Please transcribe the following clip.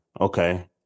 Okay